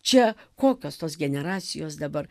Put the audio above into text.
čia kokios tos generacijos dabar